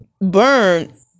burn